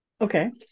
Okay